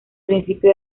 principio